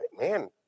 man